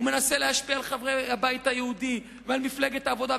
הוא מנסה להשפיע על חברי הבית היהודי ועל מפלגת העבודה,